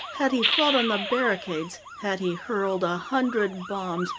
had he fought on the barricades, had he hurled a hundred bombs,